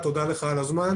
תודה.